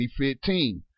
2015